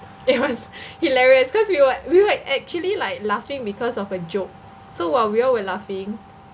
it was hilarious cause we were we were actually like laughing because of a joke so while we all were laughing